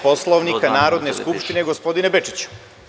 Poslovnika Narodne skupštine, gospodine Bečiću.